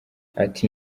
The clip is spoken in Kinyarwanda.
ati